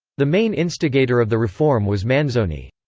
the main instigator of the reform was manzoni.